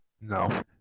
No